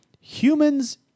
humans